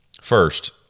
first